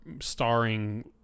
starring